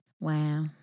Wow